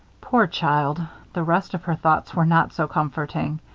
poor child, the rest of her thoughts were not so comforting.